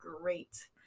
great